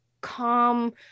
calm